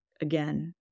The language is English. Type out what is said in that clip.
again